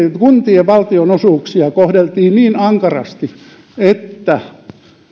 kuntien valtionosuuksia kohdeltiin niin ankarasti että